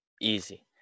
easy